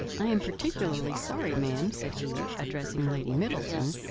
i am particularly sorry, ma'am, said he, addressing lady middleton,